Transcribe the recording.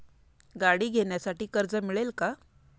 गाडी घेण्यासाठी कर्ज मिळेल का?